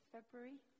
February